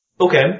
Okay